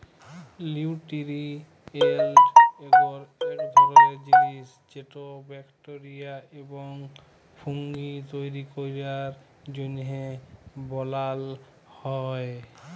লিউটিরিয়েল্ট এগার ইক ধরলের জিলিস যেট ব্যাকটেরিয়া এবং ফুঙ্গি তৈরি ক্যরার জ্যনহে বালাল হ্যয়